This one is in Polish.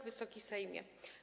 Wysoki Sejmie!